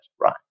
right